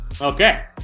Okay